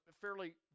fairly